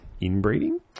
inbreeding